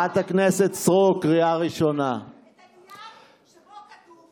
שלושה ילדים שנפצעו בפיגועים.